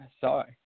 Sorry